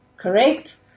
Correct